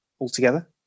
altogether